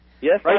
Yes